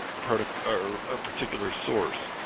product or a particular source